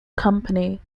company